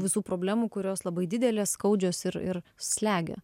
visų problemų kurios labai didelės skaudžios ir ir slegia